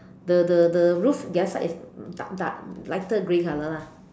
the the the roof the other side is dark dark lighter grey color lah